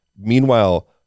Meanwhile